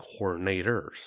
coordinators